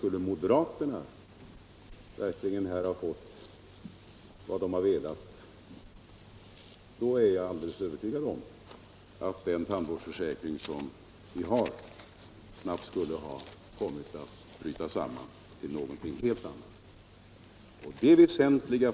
Om moderaterna här hade fått som de velat är jag alldeles övertygad om att tandvårdsförsäkringen skulle ha brutit samman och blivit någonting helt annat än vad den är.